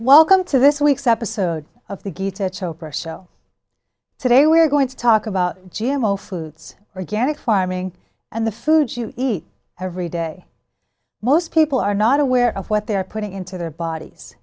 welcome to this week's episode of the gates at oprah's show today we're going to talk about g m o foods are getting farming and the food you eat every day most people are not aware of what they're putting into their bodies